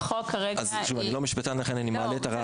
אני לא משפטן ולכן מעלה את הרעיון.